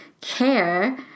care